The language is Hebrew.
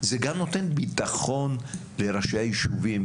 זה גם נותן ביטחון לראשי היישובים,